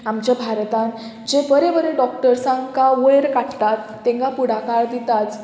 आमच्या भारतान जे बरे बरे डॉक्टर्सांका वयर काडटात तांकां पुडाकार दितात